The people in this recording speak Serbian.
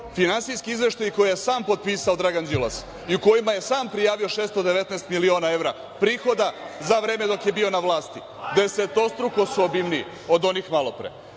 finansijski izveštaji koje je sam potpisao Dragan Đilas i u kojima je sam prijavio 619 miliona evra prihoda za vreme dok je bio na vlasti? Desetostruko su obimniji od onih malopre. Priča